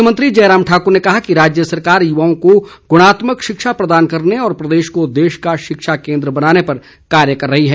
मुख्यमंत्री जयराम ठाकुर ने कहा कि राज्य सरकार युवाओं को गुणात्तमक शिक्षा प्रदान करने और प्रदेश को देश का शिक्षा केंद्र बनाने पर कार्य कर रही है